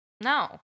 No